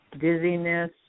dizziness